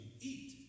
eat